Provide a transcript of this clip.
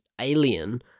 alien